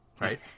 right